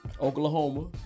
Oklahoma